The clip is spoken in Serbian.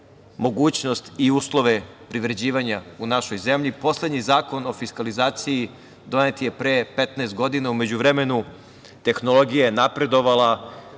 mogućnost i uslove privređivanja u našoj zemlji. Poslednji Zakon o fiskalizaciji donet je pre 15 godina. U međuvremenu, tehnologija je napredovala,